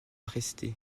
rester